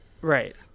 Right